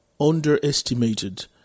underestimated